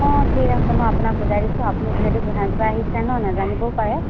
অঁ ঠিক আছে মই আপোনাক বুজাই দিছোঁ আপুনি যিহেতু গুৱাহাটীৰপৰা আহিছে নোজানিবও পাৰে